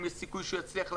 יש סיכוי שהוא יצליח לעמוד.